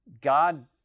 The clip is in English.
God